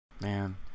man